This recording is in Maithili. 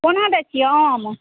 कोना दै छियै आम